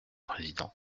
président